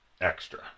Extra